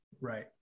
Right